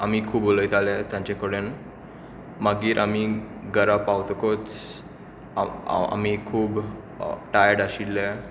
उलयताले तांचे कडेन मागीर आमी घरा पावतकूच आमी खूब टायर्ड आशिल्ले